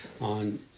on